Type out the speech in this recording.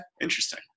Interesting